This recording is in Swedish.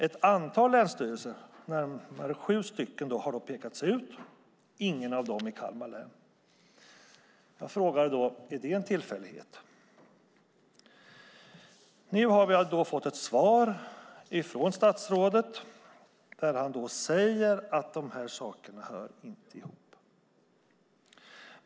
Ett antal länsstyrelser - närmare sju - har pekats ut. Ingen av dem är Kalmar län. Jag frågade då: Är det en tillfällighet? Nu har vi fått ett svar från statsrådet där han säger att dessa saker inte hör ihop.